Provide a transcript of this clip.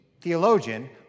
theologian